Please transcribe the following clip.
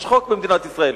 יש חוק במדינת ישראל,